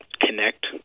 connect